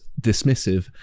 dismissive